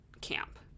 camp